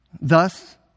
Thus